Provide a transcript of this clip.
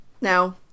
now